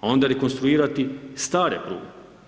a onda rekonstruirati stare pruge.